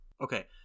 Okay